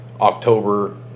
October